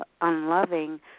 unloving